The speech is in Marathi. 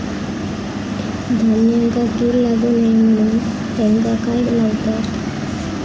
धान्यांका कीड लागू नये म्हणून त्याका काय लावतत?